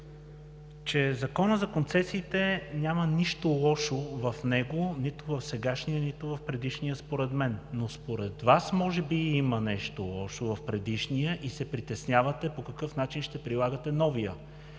че в Закона за концесиите няма нищо лошо – нито в сегашния, нито в предишния според мен. Но според Вас може би има нещо лошо в предишния и се притеснявате по какъв начин ще прилагате новия.